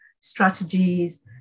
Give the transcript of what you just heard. strategies